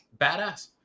Badass